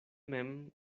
mem